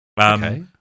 Okay